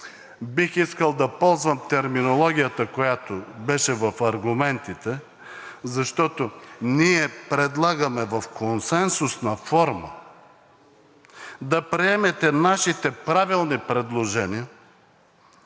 бих искал да ползвам терминологията, която беше в аргументите. Защото ние предлагаме в консенсусна форма да приемете нашите правилни предложения,